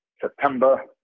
September